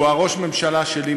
שהוא ראש הממשלה שלי,